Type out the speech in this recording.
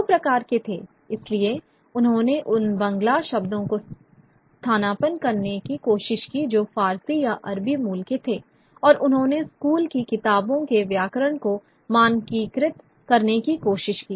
दो प्रकार के थे इसलिए उन्होंने उन बांग्ला शब्दों को स्थानापन्न करने की कोशिश की जो फारसी या अरबी मूल के थे और उन्होंने स्कूल की किताबों के व्याकरण को मानकीकृत करने की कोशिश की